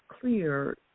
clear